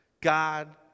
God